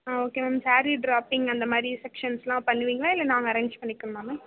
ஆ okay ma'am sari draping அந்த மாதிரி sections எல்லாம் பண்ணுவிங்களா இல்லை நாங்கள் அரேஞ்ச் பண்ணிக்கணுமா மேம்